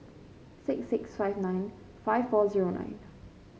six six five nine five four zero nine